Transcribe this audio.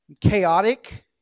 chaotic